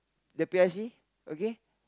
the P I C okay